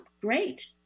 great